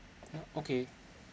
ya okay